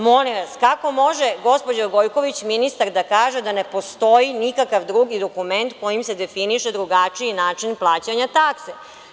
Molim vas, gospođo Gojković, kako može ministar da kaže da ne postoji nikakav drugi dokument kojim se definiše drugačiji način plaćanja takse?